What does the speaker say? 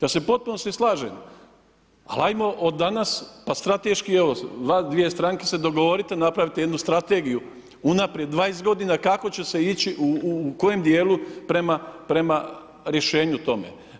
Ja se u potpunosti slažem, ali ajmo od danas, pa strateški evo dvije stranke se dogovorite napravite jednu strategiju unaprijed 20 godina kako će se ići u kojem dijelu prema rješenju tome.